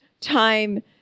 time